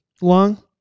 long